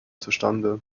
zustande